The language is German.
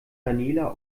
daniela